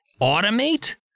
automate